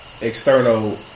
external